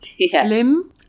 slim